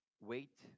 wait